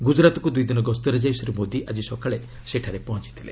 ଗୁଜରାଟକୁ ଦୁଇଦିନ ଗସ୍ତରେ ଯାଇ ଶ୍ରୀ ମୋଦି ଆଜି ସକାଳେ ସେଠାରେ ପହଞ୍ଚିଥିଲେ